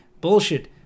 Bullshit